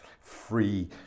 free